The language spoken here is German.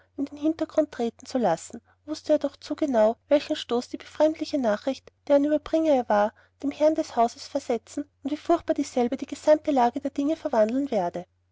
in den hintergrund treten zu lassen wußte er doch zu genau welchen stoß die befremdliche nachricht deren ueberbringer er war dem herrn des hauses versetzen und wie furchtbar dieselbe die gesamte lage der dinge verwandeln werde